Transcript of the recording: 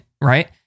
Right